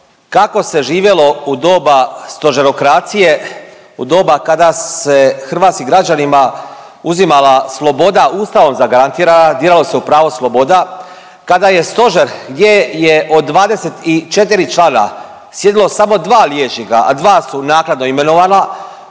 kako se živjelo u doba stožerokracije, u doba kada se hrvatskim građanima uzimala sloboda Ustavom zagarantirana, diralo se u pravo sloboda, kada je stožer gdje je od 24 člana sjedilo samo 2 liječnika, a 2 su naknadno imenovana